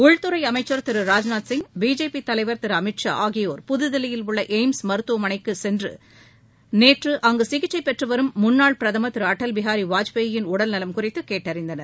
உள்துறை அமைச்சர் திரு ராஜ்நாத் சிங் பிஜேபி தலைவர் திரு அமித்ஷா ஆகியோர் புதுதில்லியில் உள்ள எய்ம்ஸ் மருத்துவமனைக்கு நேற்று சென்று அங்கு சிகிச்சை பெற்றுவரும் முன்னாள் பிரதமர் திரு அடல் பிஹாரி வாஜ்பாயி யின் உடல் நலம் குறித்து கேட்டறிந்தனர்